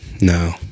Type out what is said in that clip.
No